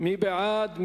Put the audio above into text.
מי בעד?